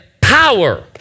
power